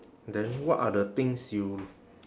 then what are the things you